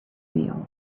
meal